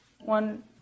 one